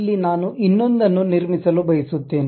ಇಲ್ಲಿ ನಾನು ಇನ್ನೊಂದನ್ನು ನಿರ್ಮಿಸಲು ಬಯಸುತ್ತೇನೆ